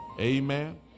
Amen